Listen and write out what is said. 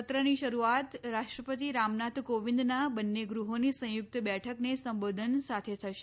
સત્રની શરૂઆત રાષ્ટ્રપતિ રામનાથ કોવિંદના બંને ગૃહોની સંયુક્ત બેઠકને સંબોધન સાથે થશે